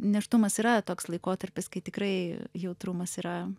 nėštumas yra toks laikotarpis kai tikrai jautrumas yra